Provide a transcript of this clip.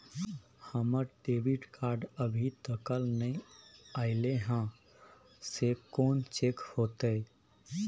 हमर debit card अभी तकल नय अयले हैं, से कोन चेक होतै?